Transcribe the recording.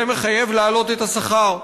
זה מחייב להעלות את השכר,